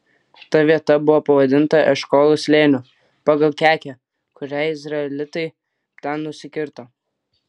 ta vieta buvo pavadinta eškolo slėniu pagal kekę kurią izraelitai ten nusikirto